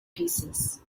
pieces